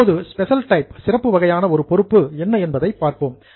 இப்போது special type சிறப்பு வகையான ஒரு பொறுப்பு என்ன என்பதைப் பார்ப்போம்